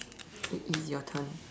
it is your turn